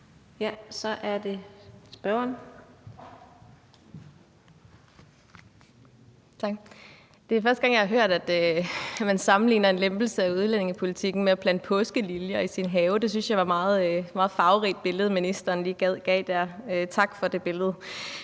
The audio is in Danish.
Susie Jessen (DD): Tak. Det er første gang, jeg har hørt, at man sammenligner en lempelse af udlændingepolitikken med at plante påskeliljer i sin have. Det synes jeg var et meget farverigt billede, ministeren lige gav der. Tak for det billede.